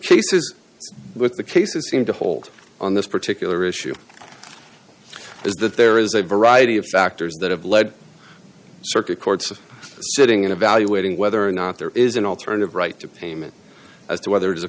case is with the cases seem to hold on this particular issue is that there is a variety of factors that have led circuit courts of sitting and evaluating whether or not there is an alternative right to payment as to whether it is a